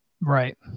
Right